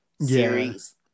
series